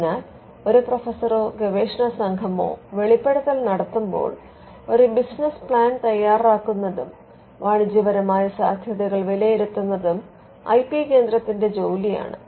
അതിനാൽ ഒരു പ്രൊഫസറോ ഗവേഷണ സംഘമോ വെളിപ്പെടുത്തൽ നടത്തുമ്പോൾ ഒരു ബിസിനസ് പ്ലാൻ തയ്യാറാക്കുന്നതും വാണിജ്യപരമായ സാധ്യതകൾ വിലയിരുത്തുന്നതും ഐ പി കേന്ദ്രത്തിന്റെ ജോലിയാണ്